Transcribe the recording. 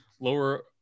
Lower